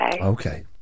Okay